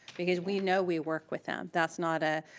because we know we work with them. that's not a,